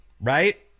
right